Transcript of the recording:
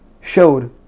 showed